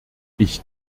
ich